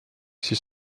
siis